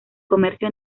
comercio